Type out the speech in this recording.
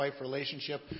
relationship